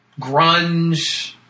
grunge